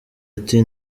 ati